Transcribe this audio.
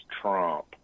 Trump